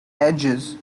edges